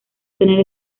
tener